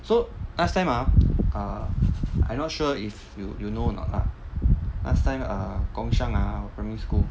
so last time ah err I not sure if you you know or not lah last time err gongshang ah primary school